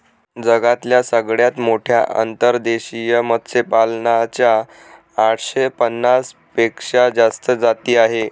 जगातल्या सगळ्यात मोठ्या अंतर्देशीय मत्स्यपालना च्या आठशे पन्नास पेक्षा जास्त जाती आहे